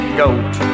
goat